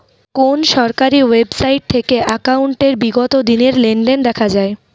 কোন সরকারি ওয়েবসাইট থেকে একাউন্টের বিগত দিনের লেনদেন দেখা যায়?